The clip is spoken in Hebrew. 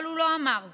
אבל הוא לא אמר זאת,